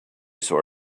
saw